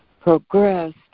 progressed